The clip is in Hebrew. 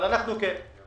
אבל אנחנו כן.